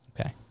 Okay